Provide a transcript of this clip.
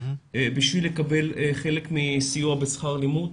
בשביל לקבל סיוע בשכר לימוד.